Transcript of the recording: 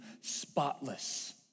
spotless